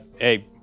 hey